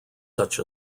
such